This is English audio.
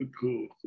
Cool